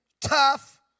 tough